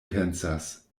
pensas